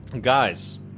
guys